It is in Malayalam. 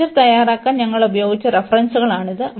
ലെക്ചർ തയ്യാറാക്കാൻ ഞങ്ങൾ ഉപയോഗിച്ച റഫറൻസുകളാണിത്